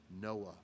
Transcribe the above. Noah